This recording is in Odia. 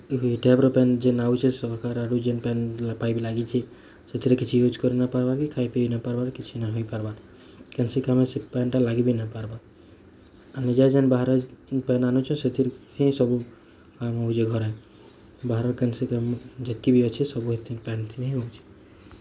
ଇ ଟାଇପ୍ର ପାନ୍ ଯେନ୍ ଆଉଛେ ସରକାର୍ ଆଡୁ ଯେନ୍ ପାନ୍ ପାଇପ୍ ଲାଗିଛେ ସେଥିରେ କିଛି ୟୁଜ୍ କରି ନା ପାର୍ବା କି ଖାଇ ପିଇ ନା ପାର୍ବା କିଛି ନା ହେଇପାର୍ବା କେନ୍ସି କାମ୍ରେ ସେ ପାନ୍ଟା ଲାଗି ବି ନା ପାର୍ବା ଆମେ ଯା ଯାନ୍ ବାହାରେ ପାନ୍ ଆନୁଛେ ସେଥିର୍ ହିଁ ସବୁ ନିଜ ଘରେ ବାହାର୍ର କେନ୍ସି କାମ୍ ଯେତ୍କି ବି ଅଛି ସବୁ ଏତ୍କି ପାନ ଥିନି ଆଉଛି